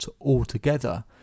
altogether